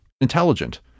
intelligent